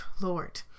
Lord